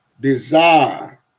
desire